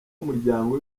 w’umuryango